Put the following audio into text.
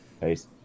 Peace